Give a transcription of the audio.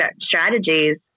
strategies